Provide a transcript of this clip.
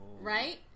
Right